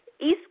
East